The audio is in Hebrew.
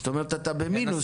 זאת אומרת, אתה במינוס שם.